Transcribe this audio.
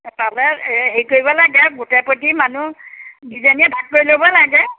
তালৈ হেৰি কৰিব লাগে গোটে প্ৰতি মানুহকেইজনীয়ে ভাগ কৰি ল'ব লাগে